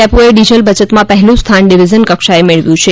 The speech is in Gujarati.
ડિપો એ ડિઝલ બચતમાં પહેલું સ્થાન ડિવિઝન કક્ષાએ મેળવ્યું છે